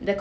yeah